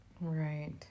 Right